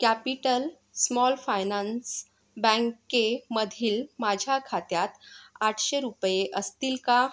capital Small Finance बँकेमधील माझ्या खात्यात आठशे रुपये असतील का